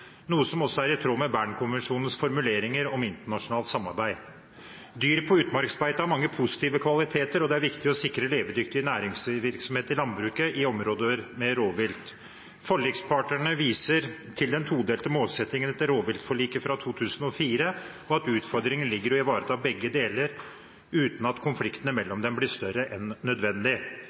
noe som også er i tråd med Bernkonvensjonens formuleringer om internasjonalt samarbeid. Dyr på utmarksbeite har mange positive kvaliteter, og det er viktig å sikre levedyktig næringsvirksomhet i landbruket i områder med rovvilt. Forlikspartene viser til den todelte målsettingen etter rovviltforliket fra 2004, og at utfordringen ligger i å ivareta begge deler uten at konfliktene mellom dem blir større enn nødvendig.»